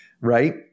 right